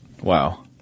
Wow